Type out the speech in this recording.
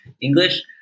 English